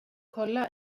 kolla